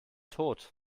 tod